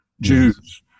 Jews